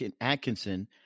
Atkinson